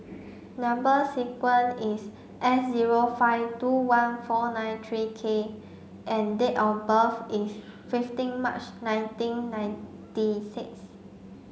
number sequence is S zero five two one four nine three K and date of birth is fifteen March nineteen ninety six